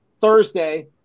Thursday